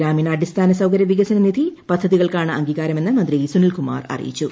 ഗ്രാമീണ അടിസ്ഥാന സൌകര്യ വികസനനിധി പദ്ധതികൾക്കാണ്ട് അംഗീകാരമെന്ന് മന്ത്രി സുനിൽകുമാർ അറിയിച്ചു